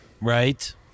right